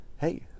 hey